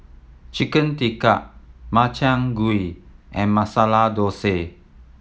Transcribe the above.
Chicken Tikka Makchang Gui and Masala Dosa